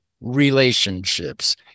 relationships